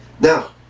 Now